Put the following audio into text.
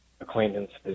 acquaintances